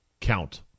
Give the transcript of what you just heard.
count